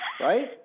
right